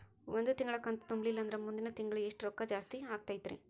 ಒಂದು ತಿಂಗಳಾ ಕಂತು ತುಂಬಲಿಲ್ಲಂದ್ರ ಮುಂದಿನ ತಿಂಗಳಾ ಎಷ್ಟ ರೊಕ್ಕ ಜಾಸ್ತಿ ಆಗತೈತ್ರಿ?